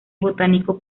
botánico